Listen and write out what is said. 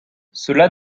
cela